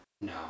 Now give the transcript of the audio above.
No